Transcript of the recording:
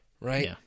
Right